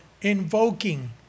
invoking